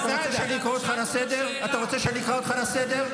אתה רוצה שאקרא אותך לסדר?